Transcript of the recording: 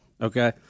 Okay